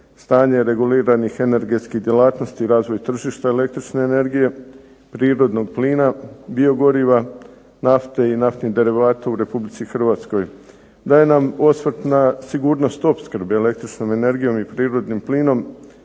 stanje reguliranih energetskih djelatnosti, razvoj tržišta električne energije, prirodnog plina, biogoriva, nafte i naftnih derivata u Republici Hrvatskoj. Daje nam osvrt na sigurnost opskrbe električnom energijom i prirodnim plinom,